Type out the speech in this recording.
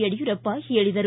ಯಡಿಯೂರಪ್ಪ ಹೇಳಿದರು